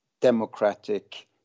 democratic